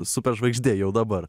superžvaigždė jau dabar